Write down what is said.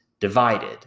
divided